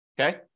okay